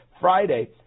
Friday